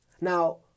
Now